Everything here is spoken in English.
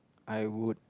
I would